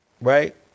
right